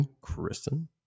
Kristen